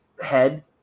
head